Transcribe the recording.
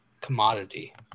commodity